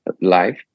Live